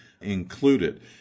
included